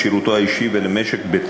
לשירותו האישי ולמשק-ביתו.